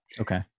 Okay